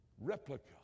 replica